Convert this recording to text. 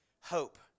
hope